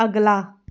ਅਗਲਾ